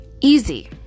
easy